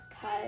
cut